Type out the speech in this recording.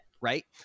right